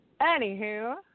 Anywho